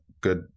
good